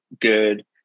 good